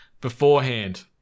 beforehand